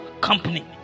company